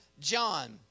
John